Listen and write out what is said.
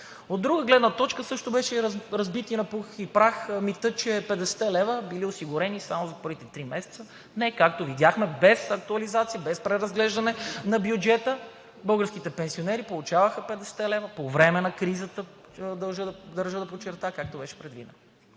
От друга гледна точка също беше разбит на пух и прах митът, че 50 лв. са били осигурени само за първите три месеца. Както видяхме – без актуализация, без преразглеждане на бюджета, българските пенсионери получават по 50 лв. по време на кризата, държа да подчертая, както беше предвидено.